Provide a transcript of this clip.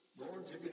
Lord